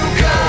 go